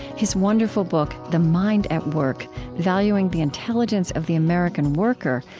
his wonderful book, the mind at work valuing the intelligence of the american worker,